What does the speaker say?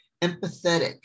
empathetic